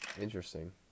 Interesting